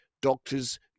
Doctors